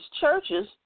churches